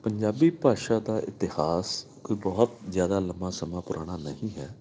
ਪੰਜਾਬੀ ਭਾਸ਼ਾ ਦਾ ਇਤਿਹਾਸ ਕੋਈ ਬਹੁਤ ਜ਼ਿਆਦਾ ਲੰਬਾ ਸਮਾਂ ਪੁਰਾਣਾ ਨਹੀਂ ਹੈ